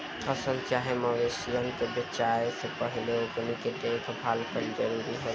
फसल चाहे मवेशियन के बेचाये से पहिले ओकनी के देखभाल कईल जरूरी होला